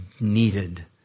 needed